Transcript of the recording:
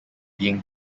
being